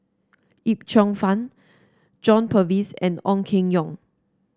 Yip Cheong Fun John Purvis and Ong Keng Yong